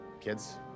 kids